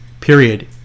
period